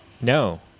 No